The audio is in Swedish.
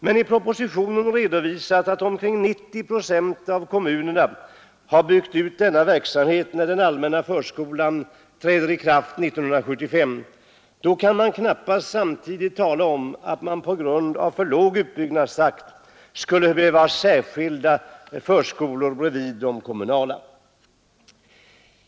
Men i propositionen redovisas att omkring 90 procent av kommunerna har byggt ut denna verksamhet när den allmänna förskolan träder i kraft 1975. Då kan man knappast samtidigt tala om att man på grund av för låg utbyggnadstakt skulle behöva ha särskilda förskolor bredvid de kommunala.